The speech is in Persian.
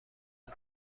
زود